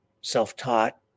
self-taught